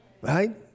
Right